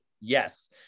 Yes